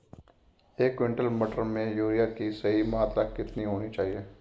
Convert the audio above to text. एक क्विंटल मटर में यूरिया की सही मात्रा कितनी होनी चाहिए?